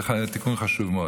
זה תיקון חשוב מאוד,